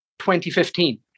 2015